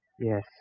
Yes